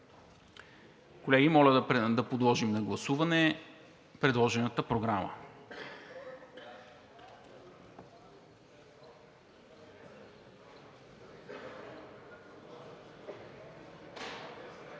Колеги, подлагам на гласуване предложената програма.